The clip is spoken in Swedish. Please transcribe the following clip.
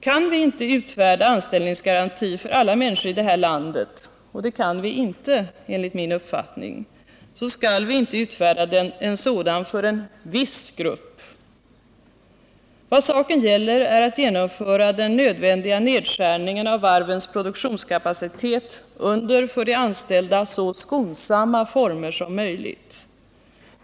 Kan vi inte utfärda anställningsgaranti för alla människor i det här landet — och det kan vi enligt min uppfattning inte —så skall vi inte utfärda en sådan för en viss grupp. Vad saken gäller är att genomföra den nödvändiga nedskärningen av varvens produktionskapacitet under för de anställda så skonsamma former som möjligt.